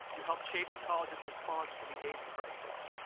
you helped shape the college's response to the aids crisis.